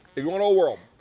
if you want old world,